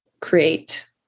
create